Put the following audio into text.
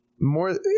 more